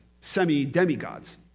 semi-demigods